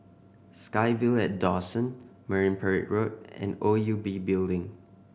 SkyVille at Dawson Marine Parade Road and O U B Building